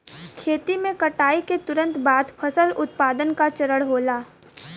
खेती में कटाई के तुरंत बाद फसल उत्पादन का चरण होला